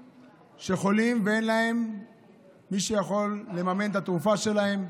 שאנשים חולים ואין להם מי שיכול לממן את התרופה שלהם,